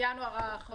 מינואר האחרון?